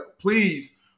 Please